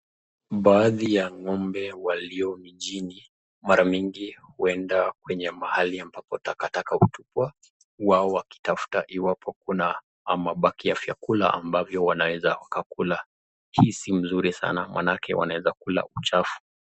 Baadhi ya ngombe walio njini mara mingi huenda kwenye mahali ambapo takataka utupwa Huwa wakitafuta iwapo Kuna mapaki ya chakula abavyo wanaeza kula hii si mzuri maana wanaesa kula uchafu.